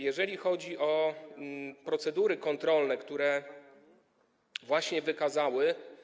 Jeżeli chodzi o procedury kontrolne, które właśnie wykazały.